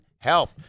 Help